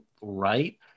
right